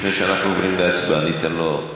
לפני שאנחנו עוברים להצבעה, אני אתן לו,